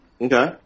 Okay